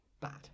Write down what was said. bad